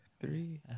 three